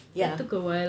that took awhile